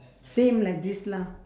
same like this lah